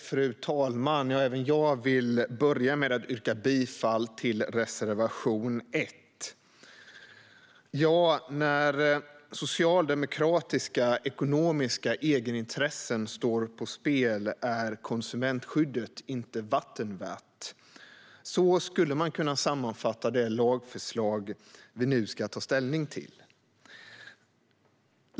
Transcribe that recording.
Fru talman! Även jag vill börja med att yrka bifall till reservation 1. När socialdemokratiska ekonomiska egenintressen står på spel är konsumentskyddet inte vatten värt. Så skulle man kunna sammanfatta det lagförslag vi nu ska ta ställning till.